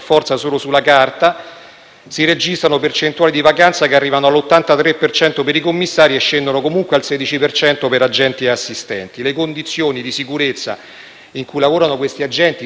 si registrano percentuali di vacanza che arrivano all'83 per cento per i commissari e scendono, comunque, al 16 per cento per agenti e assistenti. Le condizioni di sicurezza in cui lavorano questi agenti, spesso oggetto di